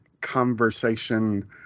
conversation